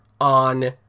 on